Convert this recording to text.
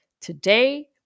Today